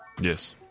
Yes